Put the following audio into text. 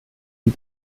die